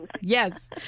Yes